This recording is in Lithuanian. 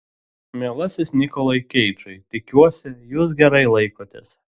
mielasis nikolai keidžai tikiuosi jūs gerai laikotės